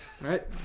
right